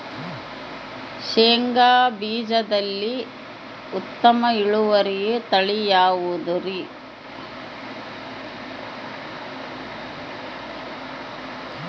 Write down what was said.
ಶೇಂಗಾ ಬೇಜದಲ್ಲಿ ಉತ್ತಮ ಇಳುವರಿಯ ತಳಿ ಯಾವುದುರಿ?